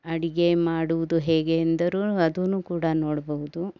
ಅಡಿಗೆ ಮಾಡುವುದು ಹೇಗೆ ಎಂದರೂ ಅದೂ ಕೂಡ ನೋಡ್ಬವ್ದು